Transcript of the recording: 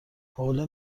حوله